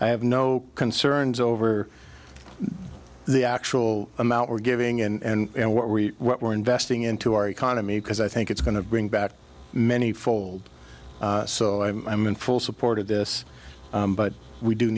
i have no concerns over the actual amount we're giving and what we what we're investing into our economy because i think it's going to bring back many fold so i'm i'm in full support of this but we do